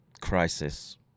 crisis